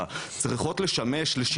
איך אתה מציע לעשות את הפיקוח הזה,